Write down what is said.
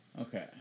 Okay